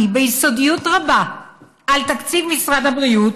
ביסודיות רבה על תקציב משרד הבריאות,